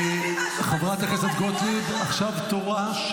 חברת הכנסת גוטליב, עכשיו תורה.